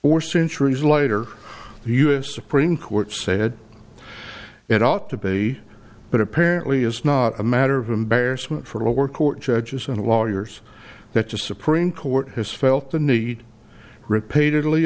or centuries later the us supreme court said it ought to be but apparently is not a matter of embarrassment for the lower court judges and lawyers that the supreme court has felt the need repeatedly